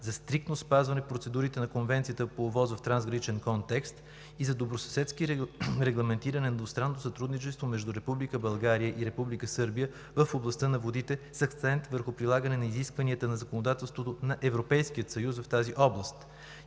за стриктно спазване процедурите на Конвенцията по ОВОС-ов трансграничен контекст и за добросъседско регламентиране на двустранното сътрудничество между Република България и Република Сърбия в областта на водите, с акцент върху прилагане на изискванията на законодателството на Европейския съюз в тази област.